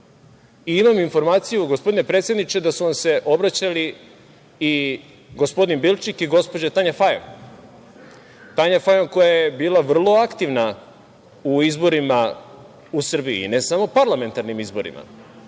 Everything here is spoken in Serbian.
i imam informaciju, gospodine predsedniče, da su vam se obraćali i gospodin Bilčik i gospođa Tanja Fajon. Tanja Fajon, koja je bila vrlo aktivna u izborima u Srbija, i ne samo parlamentarnim izborima,